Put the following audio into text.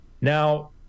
now